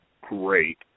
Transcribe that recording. great